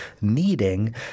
kneading